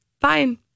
Fine